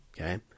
okay